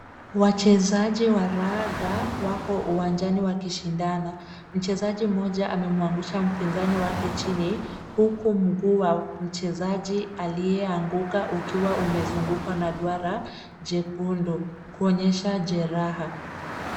Wachezaji wa raga wako uwanjani wakishindana. Mchezaji mmoja amemwamgusha mpinzani wake chini huku mguu wa aliyeanguka ukiwa umezungukwa na duara jekundu kuonyesha jeraha.